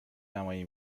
نمایی